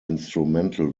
instrumental